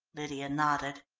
lydia nodded.